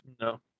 No